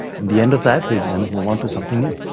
and the end of that we then move on to something new.